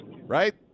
right